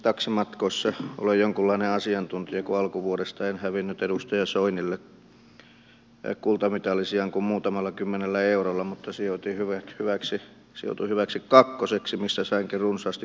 taksimatkoissa olen jonkunlainen asiantuntija kun alkuvuodesta en hävinnyt edustaja soinille kultamitalisijan kuin muutamalla kymmenellä eurolla mutta sijoituin hyväksi kakkoseksi mistä sainkin runsaasti palautetta